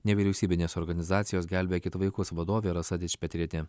nevyriausybinės organizacijos gelbėkit vaikus vadovė rasa dičpetrienė